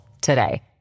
today